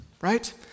right